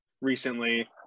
recently